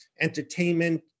entertainment